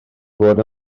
fod